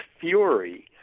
fury